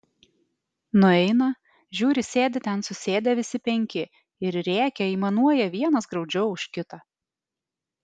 nueina žiūri sėdi ten susėdę visi penki ir rėkia aimanuoja vienas graudžiau už kitą